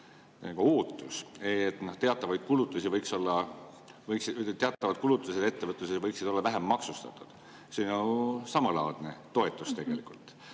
teatavad kulutused ettevõtlusele võiksid olla vähem maksustatud. See on ju samalaadne toetus tegelikult.